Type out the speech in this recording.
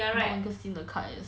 新的 card 也是